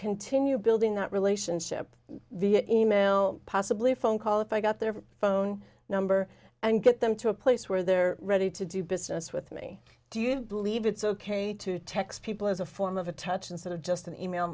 continue building that relationship via email possibly a phone call if i got their phone number and get them to a place where they're ready to do business with me do you believe it's ok to text people as a form of a touch instead of just an e mail